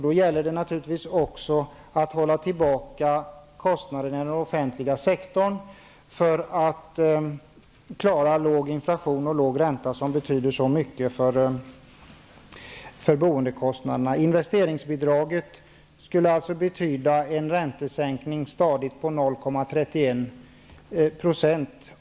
Då gäller det naturligtvis också att hålla tillbaka kostnaderna i den offentliga sektorn för att klara låg inflation och låg ränta, vilket betyder så mycket för boendekostnaderna. Investeringsbidraget skulle innebära en stadig räntesänkning på 0,31 %.